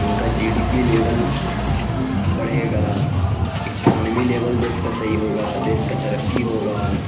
ان کا G D P level بڑھے گا اکانمی لیول دیس کا صحیح ہوگا دیس کا ترقی ہوگا